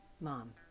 Mom